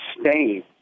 stain